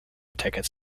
tickets